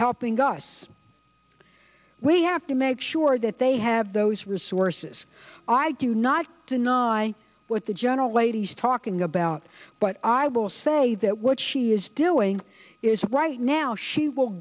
helping us we have to make sure that they have those resources i do not deny what the general lady's talking about but i will say that what she is doing is right now she will